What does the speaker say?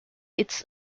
its